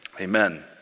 Amen